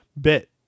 bit